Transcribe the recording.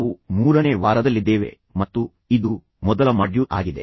ನಾವು ಮೂರನೇ ವಾರದಲ್ಲಿದ್ದೇವೆ ಮತ್ತು ಇದು ಮೊದಲ ಮಾಡ್ಯೂಲ್ ಆಗಿದೆ